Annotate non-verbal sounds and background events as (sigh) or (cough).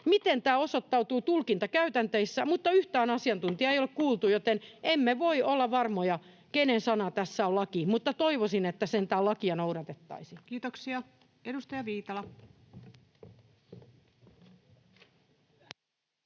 miten tämä osoittautuu tulkintakäytänteissä, mutta yhtään asiantuntijaa (noise) ei ole kuultu, joten emme voi olla varmoja, kenen sana tässä on laki, mutta toivoisin, että sentään lakia noudatettaisiin. [Speech 353] Speaker: